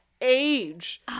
age